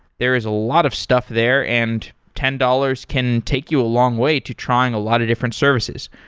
there is a lot of stuff there, and ten dollars can take you a long way to trying a lot of different services.